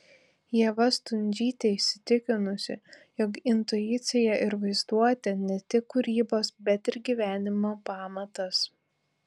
ieva stundžytė įsitikinusi jog intuicija ir vaizduotė ne tik kūrybos bet ir gyvenimo pamatas